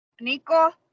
Nico